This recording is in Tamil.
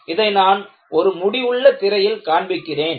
இதை நான் ஒரு முடிவுள்ள திரையில் காண்பிக்கிறேன்